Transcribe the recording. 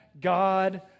God